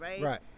right